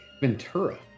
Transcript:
Ventura